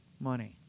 Money